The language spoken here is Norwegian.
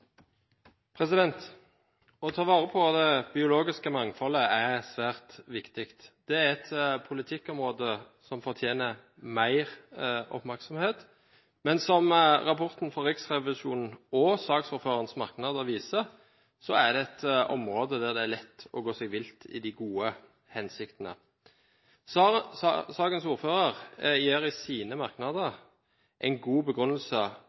svært viktig. Det er et politikkområde som fortjener mer oppmerksomhet, men som rapporten fra Riksrevisjonen og saksordførerens merknader viser, er det et område der det er lett å gå seg vill i de gode hensiktene. Sakens ordfører gir i sine merknader en god begrunnelse